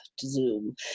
Zoom